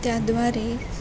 त्याद्वारे